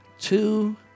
two